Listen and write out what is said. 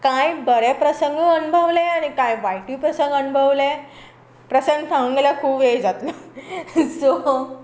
कांय बरे प्रसंगूय अणभवले आनी कांय वायटूय प्रसंग अणभवले प्रसंग सांगूंक गेल्या खूब वेळ जातलो सो हो